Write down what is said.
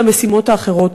למשימות האחרות.